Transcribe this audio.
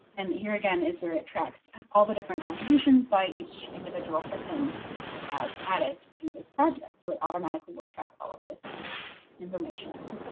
and here again is where it tracks all the different contributions by each individual person has added to this project. so, it automatically will track all of this information.